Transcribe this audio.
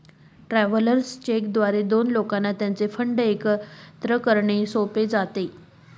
travellers cheque द्वारे दोन लोकांना त्यांचे फंड एकत्र करणे सोपे जाते